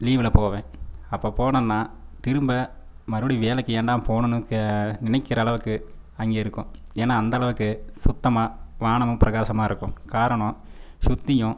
லீவுல போவேன் அப்போ போனோங்னா திரும்ப மறுபடி வேலைக்கு ஏன்டா போகணுன்னு க நினைக்கிற அளவுக்கு அங்கே இருக்கும் ஏன்னா அந்தளவுக்கு சுத்தமாக வானமும் பிரகாசமாக இருக்கும் காரணம் சுற்றியும்